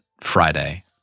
friday